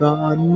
God